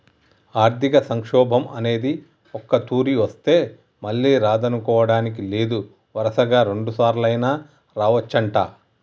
ఆర్థిక సంక్షోభం అనేది ఒక్కతూరి వస్తే మళ్ళీ రాదనుకోడానికి లేదు వరుసగా రెండుసార్లైనా రావచ్చంట